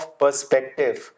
perspective